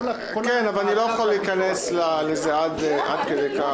אני לא יכול להיכנס לזה עד כדי כך.